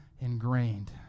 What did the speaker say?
ingrained